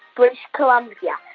british columbia. yeah